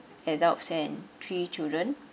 adults and three children